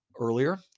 earlier